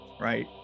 right